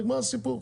נגמר הסיפור.